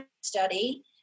study